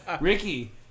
Ricky